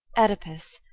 oedipus,